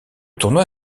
tournoi